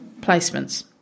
placements